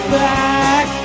back